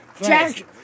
Jack